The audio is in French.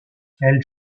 elle